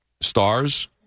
stars